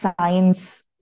science